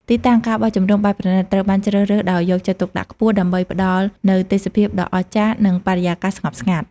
ទីតាំង ការបោះជំរំបែបប្រណីត ត្រូវបានជ្រើសរើសដោយយកចិត្តទុកដាក់ខ្ពស់ ដើម្បីផ្តល់នូវទេសភាពដ៏អស្ចារ្យ និងបរិយាកាសស្ងប់ស្ងាត់។